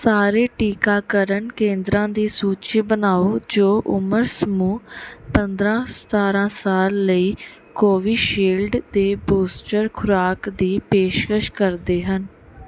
ਸਾਰੇ ਟੀਕਾਕਰਨ ਕੇਂਦਰਾਂ ਦੀ ਸੂਚੀ ਬਣਾਓ ਜੋ ਉਮਰ ਸਮੂਹ ਪੰਦਰ੍ਹਾਂ ਸਤਾਰ੍ਹਾਂ ਸਾਲ ਲਈ ਕੋਵਿਸ਼ਿਲਡ ਦੇ ਬੂਸਟਰ ਖੁਰਾਕ ਦੀ ਪੇਸ਼ਕਸ਼ ਕਰਦੇ ਹਨ